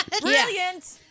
Brilliant